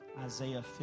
Isaiah